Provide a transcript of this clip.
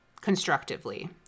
constructively